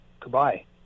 goodbye